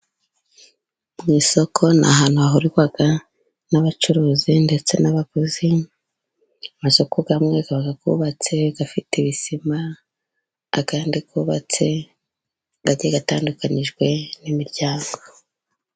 Mu isoko ni ahantu hahurirwa n'abacuruzi, ndetse n'abaguzi, amasoko amwe aba yubatsi afite ibisima ayandi yubatse agiye atandukanijwe n'imiryango.